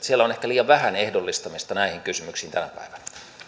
siellä on ehkä liian vähän ehdollistamista näihin kysymyksiin tänä päivänä